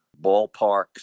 ballparks